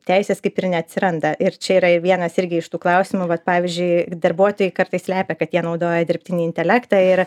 teisės kaip ir neatsiranda ir čia yra vienas irgi iš tų klausimų vat pavyzdžiui darbuotojai kartais slepia kad jie naudoja dirbtinį intelektą ir